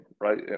Right